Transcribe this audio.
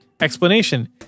explanation